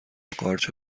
قارچ